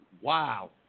wow